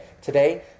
today